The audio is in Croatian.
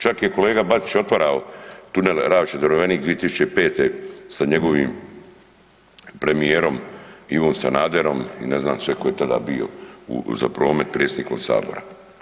Čak je kolega Bačić otvarao tunel Ravče Drvenik 2005. sa njegovim premijerom Ivom Sanaderom i ne znam sve tko je tada bio za promet, predsjednikom sabora.